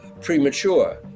premature